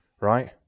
right